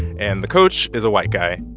and the coach is a white guy.